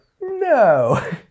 no